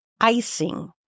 icing